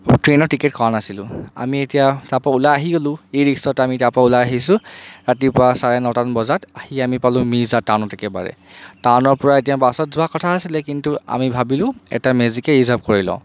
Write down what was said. ট্ৰেইনৰ টিকেট কৰা নাছিলো আমি এতিয়া তাৰ পৰা ওলাই আহি গ'লো ই ৰিক্সাত আমি তাৰ পৰা ওলাই আহিছো ৰাতিপুৱা চাৰে নটামান বজাত আহি আমি পালো মিৰ্জা টাউনত একেবাৰে টাউনৰ পৰা এতিয়া বাছত যোৱা কথা আছিলে কিন্তু আমি ভাবিলো এটা মেজিকে ৰিজাৰ্ভ কৰি লওঁ